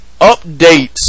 updates